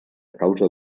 causa